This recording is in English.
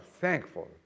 thankful